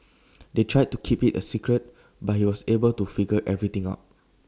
they tried to keep IT A secret but he was able to figure everything out